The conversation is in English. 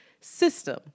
system